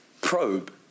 probe